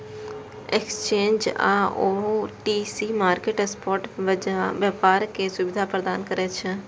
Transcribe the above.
exchange आ OTC market spot व्यापार के सुविधा प्रदान करै छै